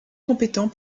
compétent